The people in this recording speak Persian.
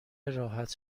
راحت